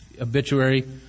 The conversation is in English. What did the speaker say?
obituary